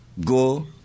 go